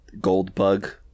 Goldbug